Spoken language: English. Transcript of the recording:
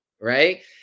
Right